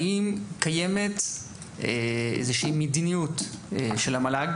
האם יש פה מדיניות של המל"ג